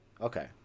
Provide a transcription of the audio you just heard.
okay